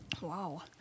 Wow